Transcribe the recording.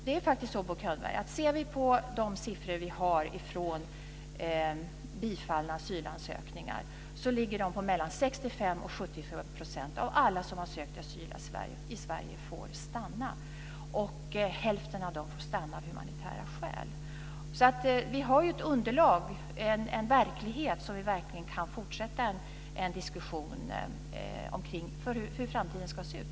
Det är faktiskt så, Bo Könberg, att de siffror som vi har över bifallna asylansökningar ligger mellan 65 % och 70 %. Av alla som har sökt asyl i Sverige är det så många som får stanna, och hälften av dem får stanna av humanitära skäl. Så vi har ju ett underlag, en verklighet, som vi verkligen kan fortsätta en diskussion omkring när det gäller hur framtiden ska se ut.